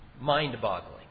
mind-boggling